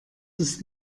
ist